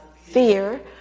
fear